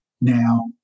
now